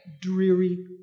dreary